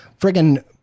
friggin